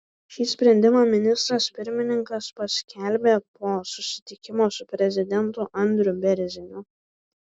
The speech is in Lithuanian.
šį sprendimą ministras pirmininkas paskelbė po susitikimo su prezidentu andriu bėrziniu